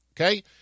okay